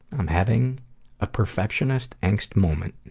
i'm having a perfectionist angst moment.